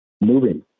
moving